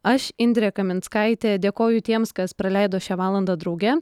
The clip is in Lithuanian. aš indrė kaminskaitė dėkoju tiems kas praleido šią valandą drauge